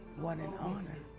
what an honor.